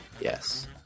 Yes